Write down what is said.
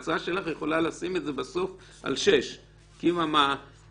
ההצעה שלך יכולה לשים את זה בסוף על 6. אבל